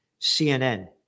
CNN